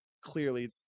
clearly